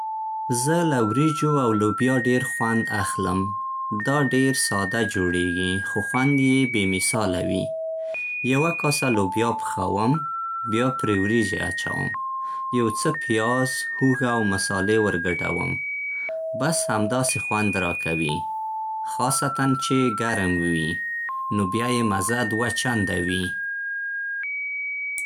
زه له وریجو او لوبیا ډېر خوند اخلم. دا ډېر ساده جوړېږي، خو خوند یې بې‌مثاله وي. یوه کاسه لوبیا پخوم، بیا پرې وریجې اچوم. یو څه پیاز، هوږه او مصالې ورګډوم. بس همدا سې خوند راکوي، خاصتاً چې ګرم وي؛ نو بيا يې مزه دوه چنده وي.